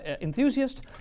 enthusiast